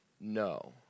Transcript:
no